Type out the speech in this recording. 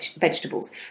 vegetables